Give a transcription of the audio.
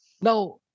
Now